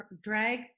Drag